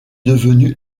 devenu